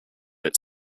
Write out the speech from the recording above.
its